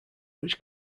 which